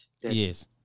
Yes